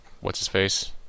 What's-his-face